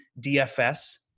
DFS